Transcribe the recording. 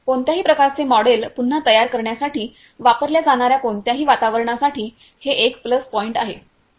कोणत्याही प्रकारचे मॉडेल पुन्हा तयार करण्यासाठी वापरल्या जाणार्या कोणत्याही वातावरणासाठी हे एक प्लस पॉईंट आहे